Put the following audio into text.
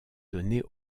données